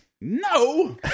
No